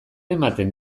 ematen